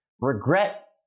Regret